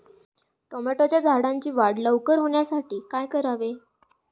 टोमॅटोच्या झाडांची लवकर वाढ होण्यासाठी काय करावे?